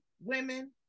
women